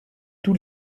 tous